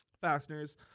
fasteners